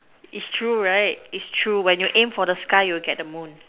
is true right is true when you aim for the sky you will get the moon